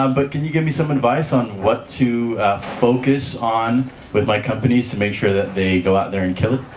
um but can you give me some advice on what to focus on with my companies to make sure that they go out there and kill it.